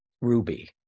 Ruby